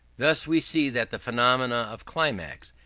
thus we see that the phenomena of climax,